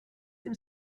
dem